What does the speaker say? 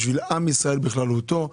בשביל עם ישראל בכללותו.